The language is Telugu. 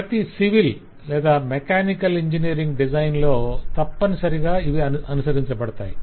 ఇవి ప్రతి సివిల్ లేదా మెకానికల్ ఇంజనీరింగ్ డిజైన్ లో తప్పనిసరిగా అనుసరించబడతాయి